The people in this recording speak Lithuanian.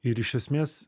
ir iš esmės